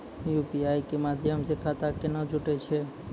UPI के माध्यम से खाता केना जुटैय छै?